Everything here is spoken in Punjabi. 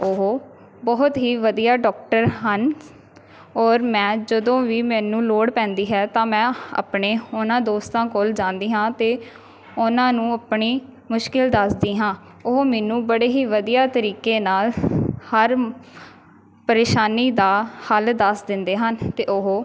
ਉਹ ਬਹੁਤ ਹੀ ਵਧੀਆ ਡੋਕਟਰ ਹਨ ਔਰ ਮੈਂ ਜਦੋਂ ਵੀ ਮੈਨੂੰ ਲੋੜ ਪੈਂਦੀ ਹੈ ਤਾਂ ਮੈਂ ਆਪਣੇ ਉਹਨਾਂ ਦੋਸਤਾਂ ਕੋਲ ਜਾਂਦੀ ਹਾਂ ਅਤੇ ਉਹਨਾਂ ਨੂੰ ਆਪਣੀ ਮੁਸ਼ਕਿਲ ਦੱਸਦੀ ਹਾਂ ਉਹ ਮੈਨੂੰ ਬੜੇ ਹੀ ਵਧੀਆ ਤਰੀਕੇ ਨਾਲ ਹਰ ਪਰੇਸ਼ਾਨੀ ਦਾ ਹੱਲ ਦੱਸ ਦਿੰਦੇ ਹਨ ਅਤੇ ਉਹ